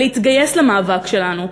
להתגייס למאבק שלנו,